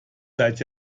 seit